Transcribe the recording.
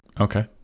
okay